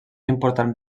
important